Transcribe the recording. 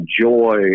joy